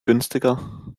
günstiger